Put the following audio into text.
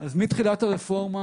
אז מתחילת הרפורמה